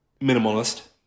Minimalist